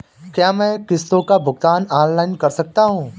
क्या मैं किश्तों का भुगतान ऑनलाइन कर सकता हूँ?